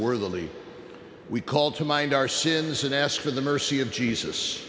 only we call to mind our sins and ask for the mercy of jesus